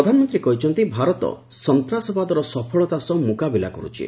ପ୍ରଧାନମନ୍ତ୍ରୀ କହିଛନ୍ତିଭାରତ ସନ୍ତାସବାଦର ସଫଳତା ସହ ମୁକାବିଲା କରୁଛି